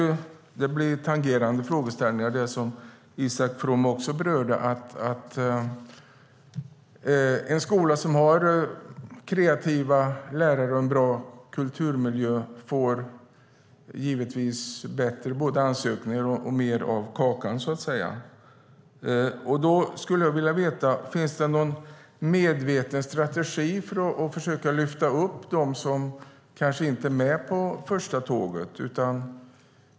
Min frågeställning tangerar det som Isak From berörde, nämligen att en skola som har kreativa lärare och en bra kulturmiljö givetvis får både bättre ansökningar och mer av kakan så att säga. Därför skulle jag vilja veta om det finns någon medveten strategi för att försöka lyfta upp dem som kanske inte är med på första tåget.